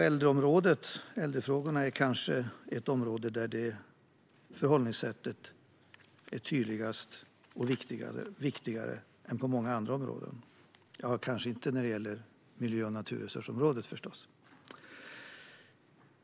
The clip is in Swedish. Äldrefrågorna är kanske det område där detta förhållningssätt är tydligare och viktigare än på många andra områden - men kanske inte när det gäller miljö och naturresursområdet.